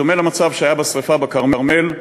דומה למצב שהיה בשרפה בכרמל,